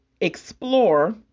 explore